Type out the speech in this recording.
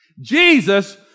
Jesus